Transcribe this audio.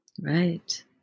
Right